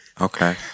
Okay